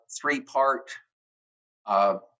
three-part